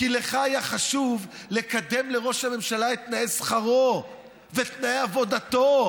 כי לך היה חשוב לקדם לראש הממשלה את תנאי שכרו ואת תנאי עבודתו.